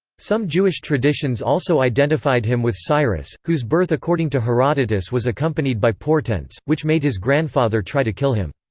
some jewish traditions also identified him with cyrus, whose birth according to herodotus was accompanied by portents, which made his grandfather try to kill him.